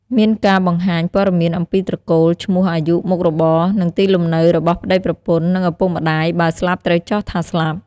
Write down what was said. មានការបង្ហាញព័ត៌មានអំពីត្រកូល ឈ្មោះ អាយុ មុខរបរ និងទីលំនៅរបស់ប្ដីប្រពន្ធ និងឪពុកម្ដាយ បើស្លាប់ត្រូវចុះថាស្លាប់។